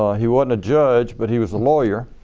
ah he wasn't a judge but he was a lawyer,